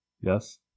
Yes